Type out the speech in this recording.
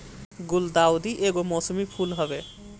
गुलदाउदी एगो मौसमी फूल हवे